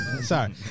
Sorry